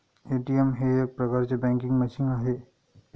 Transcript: ATM हे एक प्रकारचे बँकिंग मशीन आहे